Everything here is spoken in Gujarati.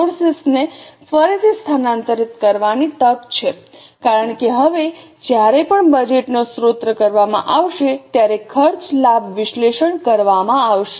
રિસોર્સ ને ફરીથી સ્થાનાંતરિત કરવાની તક છે કારણ કે હવે જ્યારે પણ બજેટનો સ્ત્રોત કરવામાં આવશે ત્યારે ખર્ચ લાભ વિશ્લેષણ કરવામાં આવશે